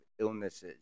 illnesses